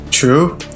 true